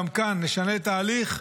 גם כאן נשנה את ההליך,